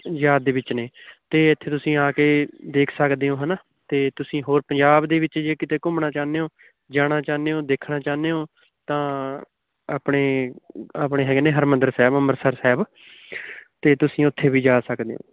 ਯਾਦ ਦੇ ਵਿੱਚ ਨੇ ਅਤੇ ਇੱਥੇ ਤੁਸੀਂ ਆ ਕੇ ਦੇਖ ਸਕਦੇ ਹੋ ਹੈ ਨਾ ਅਤੇ ਤੁਸੀਂ ਹੋਰ ਪੰਜਾਬ ਦੇ ਵਿੱਚ ਜੇ ਕਿਤੇ ਘੁੰਮਣਾ ਚਾਹੁੰਦੇ ਓਂ ਜਾਣਾ ਚਾਹੁੰਦੇ ਓਂ ਦੇਖਣਾ ਚਾਹੁੰਦੇ ਓਂ ਤਾਂ ਆਪਣੇ ਆਪਣੇ ਹੈਗੇ ਨੇ ਹਰਿਮੰਦਰ ਸਾਹਿਬ ਅੰਮ੍ਰਿਤਸਰ ਸਾਹਿਬ ਅਤੇ ਤੁਸੀਂ ਉੱਥੇ ਵੀ ਜਾ ਸਕਦੇ ਓਂ